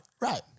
right